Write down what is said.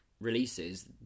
releases